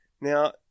Now